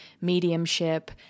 mediumship